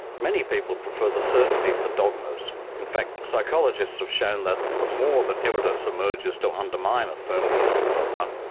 many people prefer the certainty of the dogmas. in fact psychologists have shown that the more that evidence emerges to undermine a firmly held dogma,